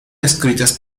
escritas